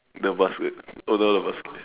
the basket oh not the basket